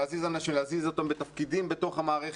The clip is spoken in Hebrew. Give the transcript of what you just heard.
להזיז אותם בתפקידים בתוך המערכת,